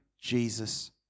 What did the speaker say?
Jesus